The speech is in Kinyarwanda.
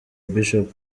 bishop